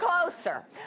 closer